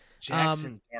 Jackson